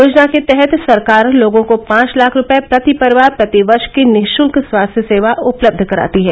योजना के तहत सरकार लोगों को पांच लाख रूपये प्रति परिवार प्रति वर्ष की निःशुल्क स्वास्थ्य सेवा उपलब्ध कराती है